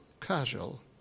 casual